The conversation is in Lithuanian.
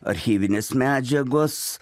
archyvinės medžiagos